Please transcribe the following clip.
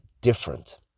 different